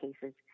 cases